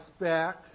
back